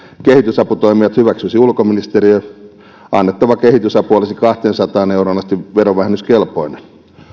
kehitysaputoimijat hyväksyisi ulkoministeriö annettava kehitysapu olisi kahteensataan euroon asti verovähennyskelpoinen